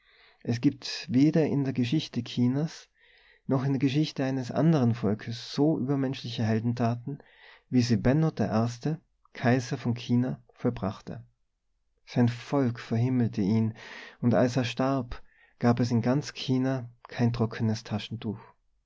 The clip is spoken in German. es gibt weder in der geschichte chinas noch in der geschichte eines anderen volkes so übermenschliche heldentaten wie sie benno der erste kaiser von china vollbrachte sein volk verhimmelte ihn und als er starb gab es in ganz china kein trockenes taschentuch